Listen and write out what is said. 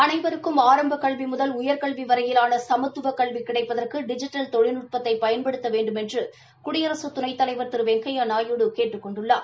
அனைவருக்கும் ஆரம்ப கல்வி முதல் உயர்கல்வி வரையிலான சமத்துவக் கல்வி கிடைப்பதற்கு டிஜிட்டல் தொழில்நுட்பத்தை பயன்படுத்த வேண்டுமென்று குடியரசு துணைத் தலைவர் திரு வெங்கையா நாயுடு கேட்டுக் கொண்டுள்ளார்